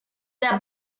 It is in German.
der